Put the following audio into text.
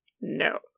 no